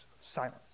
Silence